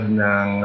ng